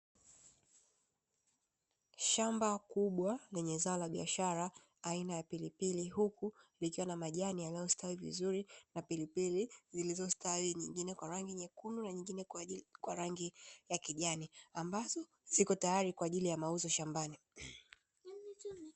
Shamba kubwa lenye zao la biashara aina ya pilipili, huku likiwa na majani yaliostawi vizuri na pilipili zilizostawi zingine kwa rangi nyekundu na nyingine kwa rangi ya kijani, ambazo zikotayari kwaajili ya mauzo shambani.